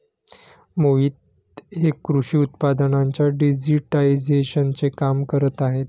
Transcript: मोहित हे कृषी उत्पादनांच्या डिजिटायझेशनचे काम करत आहेत